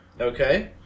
Okay